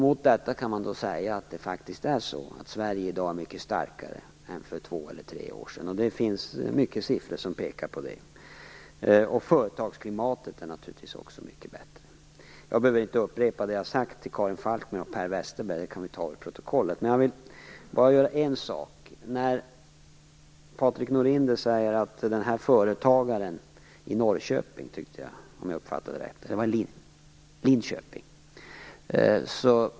Mot detta kan man säga att Sverige i dag är mycket starkare än för två tre år sedan. Det är många siffror som pekar på detta. Företagsklimatet är naturligtvis också mycket bättre. Jag behöver inte upprepa det som jag sade till Karin Falkmer och Per Westerberg. Det står att läsa i protokollet. Patrik Norinder talade om en företagare i Linköping.